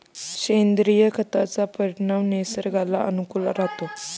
सेंद्रिय खताचा परिणाम निसर्गाला अनुकूल राहतो